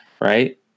right